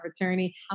attorney